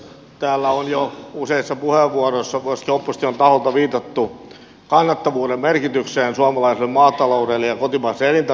täällä on jo useissa puheenvuoroissa myöskin opposition taholta viitattu kannattavuuden merkitykseen suomalaiselle maataloudelle ja kotimaiselle elintarviketuotannolle